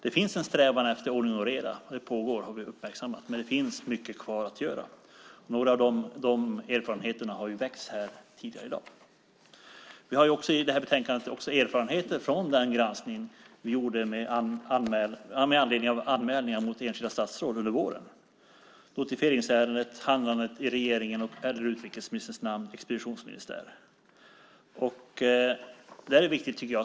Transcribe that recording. Det finns en strävan efter ordning och reda som vi har uppmärksammat, men det finns mycket kvar att göra. Några av de erfarenheterna har tagits upp här tidigare i dag. Vi har i betänkandet också erfarenheter från den granskning vi gjorde med anledning av anmälningar mot enskilda statsråd under våren. Det gäller notifieringsärendet, handläggande i regeringen i utrikesministerns namn och expeditionsministär.